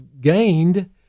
gained